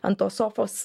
ant tos sofos